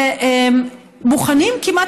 ומוכנים כמעט,